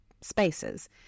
spaces